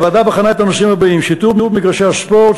הוועדה בחנה את הנושאים הבאים: שיטור במגרשי הספורט,